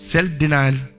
Self-denial